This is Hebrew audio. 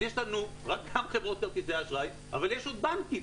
אז יש לנו רק גם חברות כרטיסי אשראי אבל יש עוד בנקים.